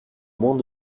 moins